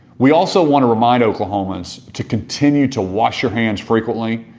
we also want to remind oklahomans to continue to wash your hands frequently,